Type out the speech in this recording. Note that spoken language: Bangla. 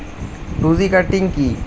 টু জি কাটিং কি?